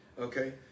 Okay